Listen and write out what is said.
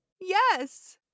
Yes